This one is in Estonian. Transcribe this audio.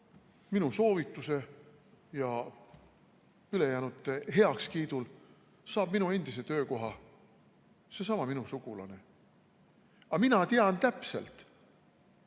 minu soovitusel ja ülejäänute heakskiidul saab minu endise töökoha seesama minu sugulane. Aga mina tean täpselt,